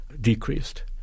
decreased